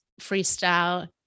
freestyle